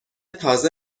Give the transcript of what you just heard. تازه